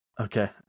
Okay